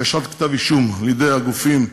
הגשת כתב-אישום מידי הגופים,